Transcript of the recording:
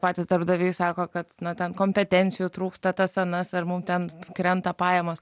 patys darbdaviai sako kad na ten kompetencijų trūksta tas anas ar mum ten krenta pajamos